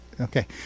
Okay